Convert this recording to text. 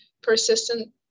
persistent